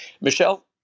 Michelle